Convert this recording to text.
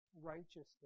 righteousness